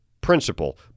principle